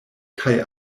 kaj